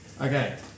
Okay